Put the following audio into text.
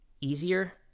easier